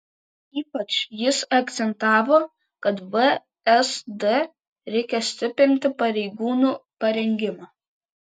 ypač jis akcentavo kad vsd reikia stiprinti pareigūnų parengimą